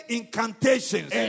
incantations